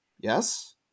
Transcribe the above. Yes